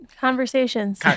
Conversations